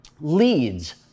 leads